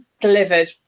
delivered